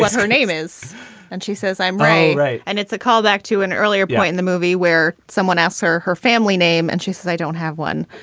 her name is and she says, i'm right. right and it's a callback to an earlier point in the movie where someone asks her her family name and she says, i don't have one.